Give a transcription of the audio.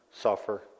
suffer